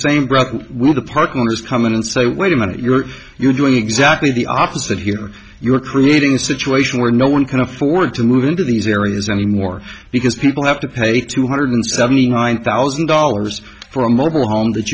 partners come in and say wait a minute you're you're doing exactly the opposite here you're creating a situation where no one can afford to move into these air anymore because people have to pay two hundred seventy nine thousand dollars for a mobile home that